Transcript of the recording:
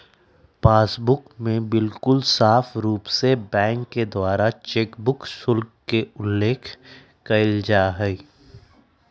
passbook में बिल्कुल साफ़ रूप से बैंक के द्वारा चेकबुक शुल्क के उल्लेख कइल जाहई